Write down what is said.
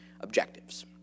objectives